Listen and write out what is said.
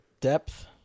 depth